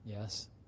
Yes